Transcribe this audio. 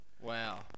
Wow